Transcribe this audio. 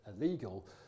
illegal